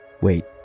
wait